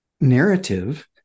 narrative